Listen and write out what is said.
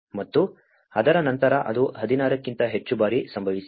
ಮತ್ತು ಅದರ ನಂತರ ಅದು 16 ಕ್ಕಿಂತ ಹೆಚ್ಚು ಬಾರಿ ಸಂಭವಿಸಿತು